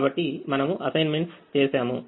కాబట్టి మనము అసైన్మెంట్స్ చేశాము